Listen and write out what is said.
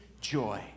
joy